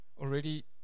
already